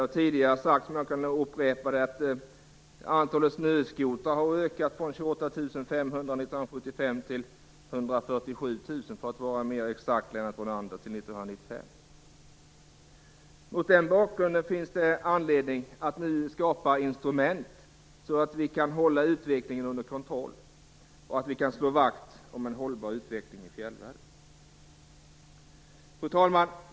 Antalet snöskotrar har, som tidigare sagts, ökat från 28 500 år 1975 till Mot den bakgrunden finns det anledning att nu skapa instrument för att hålla utvecklingen under kontroll och slå vakt om en hållbar utveckling i fjällvärlden. Fru talman!